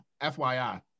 FYI